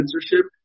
censorship